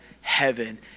heaven